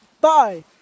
Bye